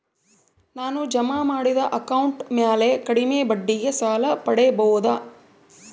ನಾನು ಜಮಾ ಮಾಡಿದ ಅಕೌಂಟ್ ಮ್ಯಾಲೆ ಕಡಿಮೆ ಬಡ್ಡಿಗೆ ಸಾಲ ಪಡೇಬೋದಾ?